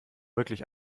wirklich